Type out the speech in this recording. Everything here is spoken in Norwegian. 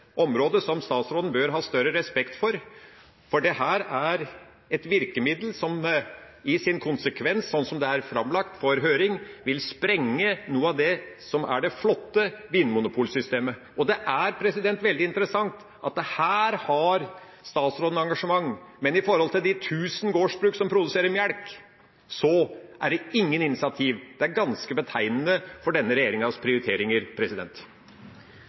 område som statsråden bør ha større respekt for, for dette er et virkemiddel som i sin konsekvens, sånn som det er framlagt for høring, vil sprenge noe av det som er det flotte med vinmonopolsystemet. Det er veldig interessant at her har statsråden engasjement, men når det gjelder de tusener av gårdsbruk som produserer melk, er det ingen initiativ. Det er ganske betegnende for denne regjeringas prioriteringer.